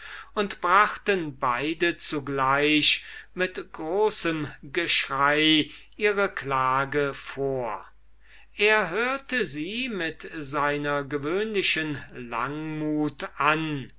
und brachten beide zugleich mit großem geschrei ihre klage vor er hörte sie mit seiner gewöhnlichen langmut an